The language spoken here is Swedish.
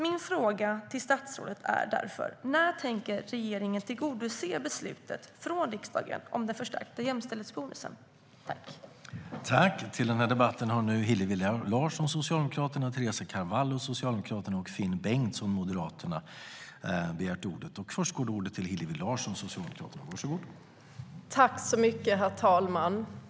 Min fråga till statsrådet är därför: När tänker regeringen tillgodose beslutet från riksdagen om den förstärkta jämställdhetsbonusen?